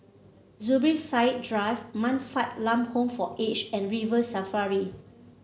Zubir Said Drive Man Fatt Lam Home for Aged and River Safari